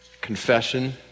confession